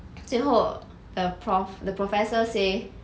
最后 the prof the professor say